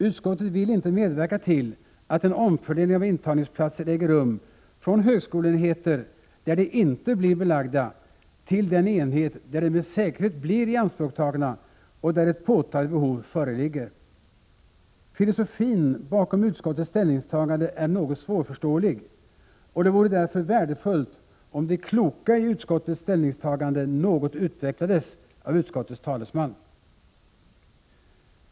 Utskottet vill inte medverka till att en omfördelning av intagningsplatser äger rum från högskoleenheter där de inte blir belagda till den enhet där de med säkerhet blir ianspråktagna och där ett påtagligt behov föreligger. Filosofin bakom utskottets ställningstagande är något svårförståelig, och det vore därför värdefullt om det kloka i utskottets ställningstagande något utvecklades av utskottets talesman.